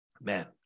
Man